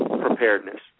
preparedness